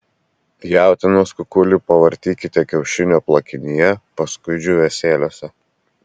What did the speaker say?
jautienos kukulį pavartykite kiaušinio plakinyje paskui džiūvėsėliuose